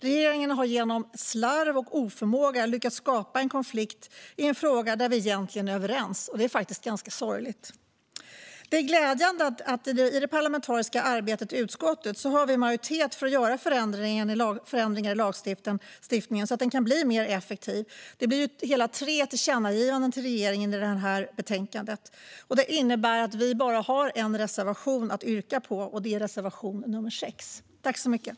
Regeringen har genom slarv och oförmåga lyckats skapa en konflikt i en fråga där vi egentligen är överens. Det är faktiskt ganska sorgligt. Det är glädjande att vi i det parlamentariska arbetet i utskottet har majoritet för att göra förändringar i lagstiftningen så att den kan bli mer effektiv. Det föreslås hela tre tillkännagivanden till regeringen i detta betänkande. Det innebär att vi bara har en reservation att yrka bifall till, och det är reservation nummer 6.